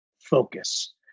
focus